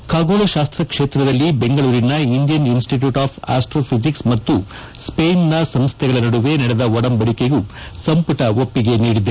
ಖಗೋಳಶಾಸ್ತ ಕ್ಷೇತ್ರದಲ್ಲಿ ಬೆಂಗಳೂರಿನ Indian institute of astrophysics ಮತ್ತು ಸ್ಟೈನ್ನ ಸಂಸ್ದೆಗಳ ನಡುವೆ ನಡೆದ ಒಡಂಬಡಿಕೆಗೂ ಸಂಪುಟ ಒಪ್ಪಿಗೆ ನೀಡಿದೆ